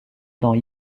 dans